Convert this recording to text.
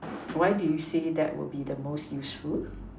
why do you say that will be the most useful